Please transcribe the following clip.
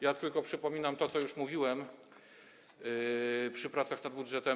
Ja tylko przypominam to, co już mówiłem przy pracach nad budżetem.